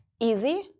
easy